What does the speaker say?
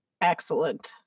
Excellent